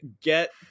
get